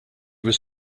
was